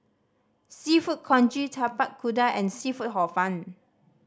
Seafood Congee Tapak Kuda and seafood Hor Fun